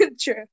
True